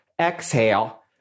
Exhale